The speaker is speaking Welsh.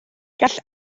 gall